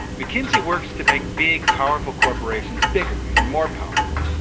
mckinsey works to make big, powerful corporations bigger and more powerful,